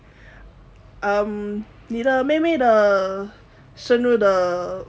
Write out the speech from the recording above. um 你的妹妹的生日的